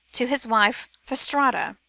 to his wife fastrada.